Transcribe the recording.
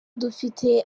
dufite